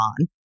on